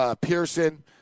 Pearson